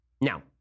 Now